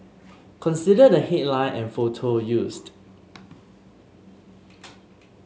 consider the headline and photo used